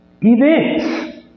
events